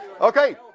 Okay